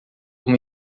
uma